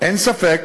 אין ספק